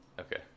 Okay